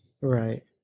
Right